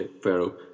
Pharaoh